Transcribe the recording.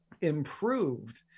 improved